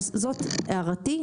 אז זאת דעתי,